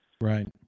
Right